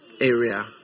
area